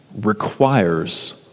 requires